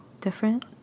different